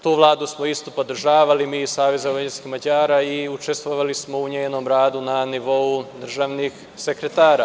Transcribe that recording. Tu Vladu smo isto podržavali mi iz SVM i učestvovali smo u njenom radu na nivou državnih sekretara.